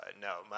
No